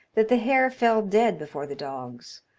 that the hare fell dead before the dogs,